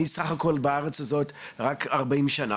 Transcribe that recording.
אני סך הכל בארץ הזאת רק 40 שנה,